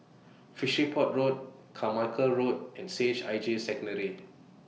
Fishery Port Road Carmichael Road and C H I J Secondary